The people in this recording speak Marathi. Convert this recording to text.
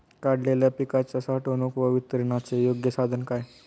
काढलेल्या पिकाच्या साठवणूक व वितरणाचे योग्य साधन काय?